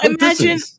imagine